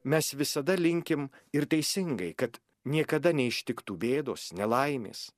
mes visada linkim ir teisingai kad niekada neištiktų bėdos nelaimės